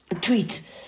tweet